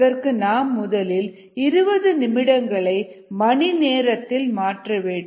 அதற்கு நாம் முதலில் 20 நிமிடங்களை மணி நேரத்தில் மாற்ற வேண்டும்